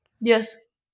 Yes